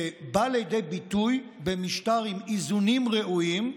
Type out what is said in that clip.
שבאה לידי ביטוי במשטר עם איזונים ראויים.